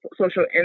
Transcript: social